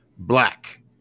Black